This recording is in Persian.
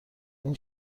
این